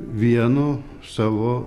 vienu savo